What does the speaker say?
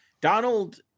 Donald